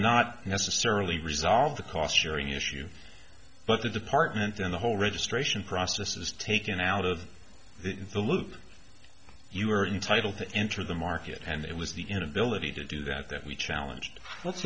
not necessarily resolve the cost sharing issue but the department then the whole registration process is taken out of the loop you are entitled to enter the market and it was the inability to do that that we challenged let's